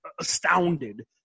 astounded